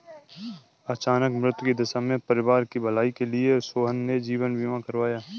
अचानक मृत्यु की दशा में परिवार की भलाई के लिए सोहन ने जीवन बीमा करवाया